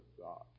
God